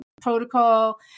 protocol